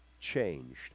changed